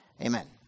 Amen